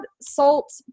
salt